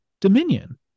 dominion